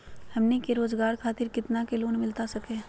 हमनी के रोगजागर खातिर कितना का लोन मिलता सके?